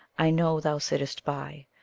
i know thou sittest by,